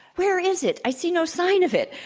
where is it? i see no sign of it.